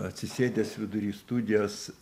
atsisėdęs vidurys studijos